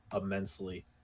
immensely